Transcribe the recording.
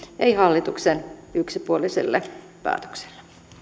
ei hallituksen yksipuoliselle päätökselle